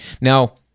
Now